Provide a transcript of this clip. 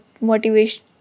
motivation